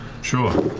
sure,